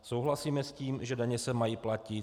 Souhlasíme s tím, že daně se mají platit.